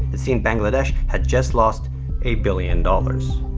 it seemed bangladesh had just lost a billion dollars.